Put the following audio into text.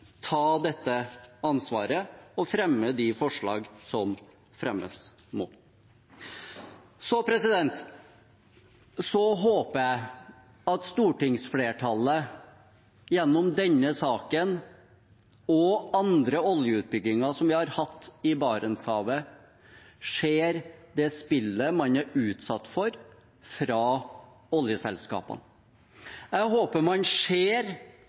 ta dette ansvaret og fremme de forslagene som fremmes må. Så håper jeg at stortingsflertallet gjennom denne saken og andre oljeutbygginger som vi har hatt i Barentshavet, ser det spillet man er utsatt for fra oljeselskapene. Jeg håper man ser